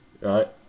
right